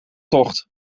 tocht